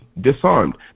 disarmed